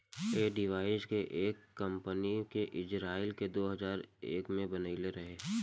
ऐ डिवाइस के एक इजराइल के कम्पनी दो हजार एक में बनाइले रहे